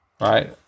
right